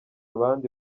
abandi